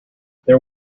there